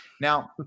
now